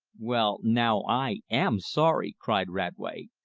well now i am sorry! cried radway,